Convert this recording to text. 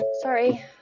Sorry